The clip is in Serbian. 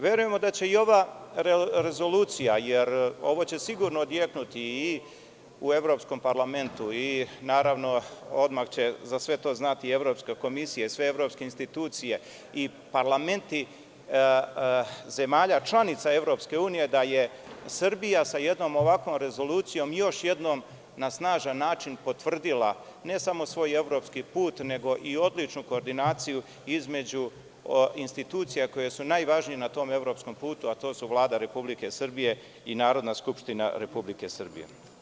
Verujemo da će i ova rezolucija, jer ovo će sigurno odjeknuti i u Evropskom parlamentu, odmah će za sve to znati Evropska komisija i sve evropske institucije i parlamenti zemalja članica EU da je Srbija sa jednom ovakvom rezolucijom još jednom na snažan način potvrdila ne samo svoj evropski put, nego i odličnu koordinaciju između institucija koje su najvažnije na tom evropskom putu, a to su Vlada Republike Srbije i Narodna skupština Republike Srbije.